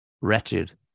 wretched